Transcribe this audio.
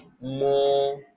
more